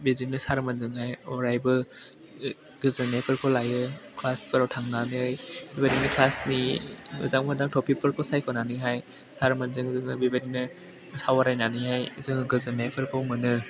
बिदिनो सारमोनजोंहाय अरायबो गोजोननायफोरखौ लायो बासफोराव थांनानै बेबायदिनो क्लासनि मोजां मोजां टपिकफोरखौ सायख'नानैहाय सारमोनजों जोङो बेबायदिनो सावरायनानैहाय जों गोजोननायफोरखौ मोनो